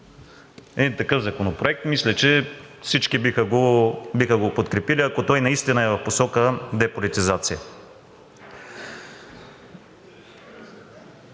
Един такъв законопроект, мисля, че всички биха го подкрепили, ако той наистина е в посока деполитизация.